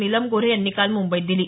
नीलम गोऱ्हे यांनी काल मुंबईत दिली